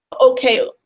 okay